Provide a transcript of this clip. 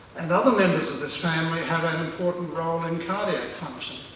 and other members of this family, have an important role in cardiac function.